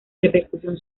repercusión